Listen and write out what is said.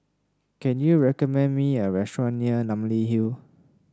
can you recommend me a restaurant near Namly Hill